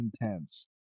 intense